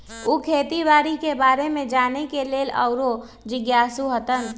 उ खेती बाड़ी के बारे में जाने के लेल आउरो जिज्ञासु हतन